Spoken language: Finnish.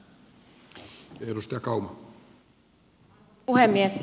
arvoisa puhemies